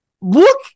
Look